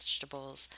Vegetables